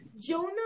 Jonah